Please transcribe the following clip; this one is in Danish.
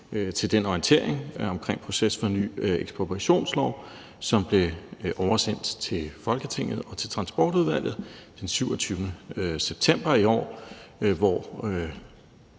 til den orientering omkring processen for ny ekspropriationslov, som blev oversendt til Folketinget og Transportudvalget den 27. september i år, hvor